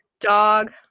dog